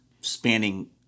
spanning